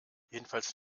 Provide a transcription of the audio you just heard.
jedenfalls